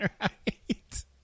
right